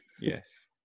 Yes